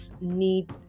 need